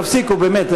תפסיקו, באמת.